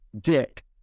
Dick